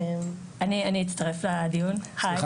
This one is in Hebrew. אני אצטרף לדיון, היי.